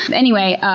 um anyway,